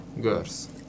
girls